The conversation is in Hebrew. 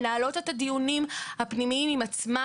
מנהלות את הדיונים הפנימיים עם עצמן